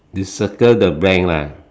you circle the bank lah